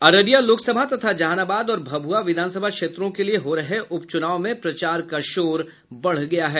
अररिया लोकसभा तथा जहानाबाद और भभुआ विधानसभा क्षेत्रों के लिये हो रहे उपचुनाव में प्रचार का शोर बढ़ गया है